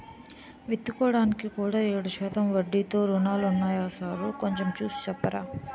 విత్తుకోడానికి కూడా ఏడు శాతం వడ్డీతో రుణాలున్నాయా సారూ కొంచె చూసి సెప్పరా